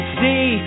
see